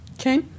Okay